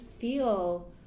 feel